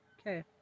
Okay